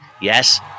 yes